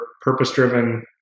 purpose-driven